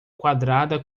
quadrada